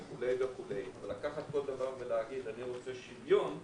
אבל לקחת כל דבר ולהגיד שרוצים שוויון,